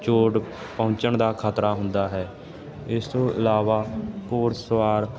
ਚੋਟ ਪਹੁੰਚਣ ਦਾ ਖਤਰਾ ਹੁੰਦਾ ਹੈ ਇਸ ਤੋਂ ਇਲਾਵਾ ਘੋੜਸਵਾਰ